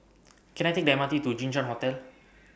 Can I Take The M R T to Jinshan Hotel